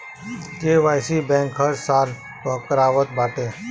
KYC bank हर साल पअ करावत बाटे